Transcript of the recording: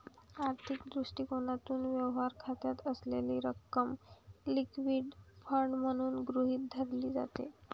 आर्थिक दृष्टिकोनातून, व्यवहार खात्यात असलेली रक्कम लिक्विड फंड म्हणून गृहीत धरली जाते